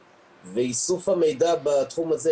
המחקרים ואיסוף המידע בתחום הזה,